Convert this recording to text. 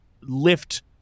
lift